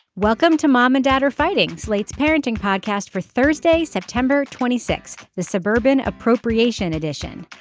welcome to mom and dad are fighting slate's parenting podcast for thursday september twenty six. the suburban appropriation edition.